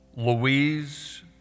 Louise